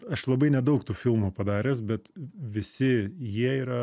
aš labai nedaug tų filmų padaręs bet visi jie yra